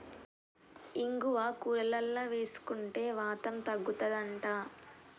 ఇంగువ కూరలల్ల వేసుకుంటే వాతం తగ్గుతది అంట